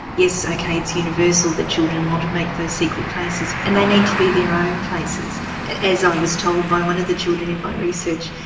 yes, okay, it's universal that children want to make those secret places and they need to be in their own places, as i was told by one of the children in my research,